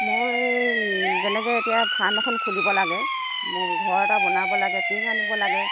মই যেনেকৈ এতিয়া ফাৰ্ম এখন খুলিব লাগে মোৰ ঘৰ এটা বনাব লাগে টিং আনিব লাগে